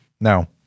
now